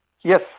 Yes